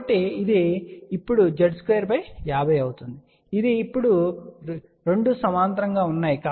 కాబట్టి ఇది ఇప్పుడు Z250 అవుతుంది ఇది ఇప్పుడు 2 సమాంతరంగా ఉన్నాయి